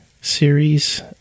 series